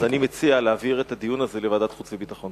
אז אני מציע להעביר את הדיון הזה לוועדת החוץ והביטחון.